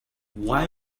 why